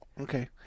Okay